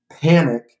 panic